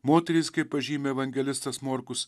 moterys kaip pažymi evangelistas morkus